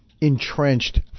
entrenched